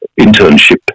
internship